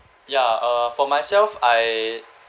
ya uh for myself I